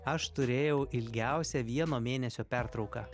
aš turėjau ilgiausią vieno mėnesio pertrauką